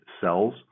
cells